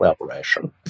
collaboration